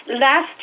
last